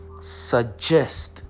Suggest